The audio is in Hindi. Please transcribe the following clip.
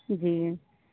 जी